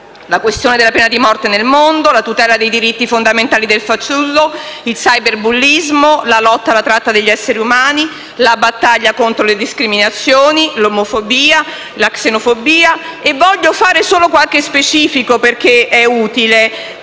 la questione della pena di morte nel mondo, la tutela dei diritti fondamentali del fanciullo, il cyberbullismo, la lotta alla tratta degli esseri umani, la battaglia contro le discriminazioni, l'omofobia, la xenofobia. Desidero fare solo qualche specificazione, perché è utile: